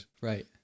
Right